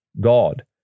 God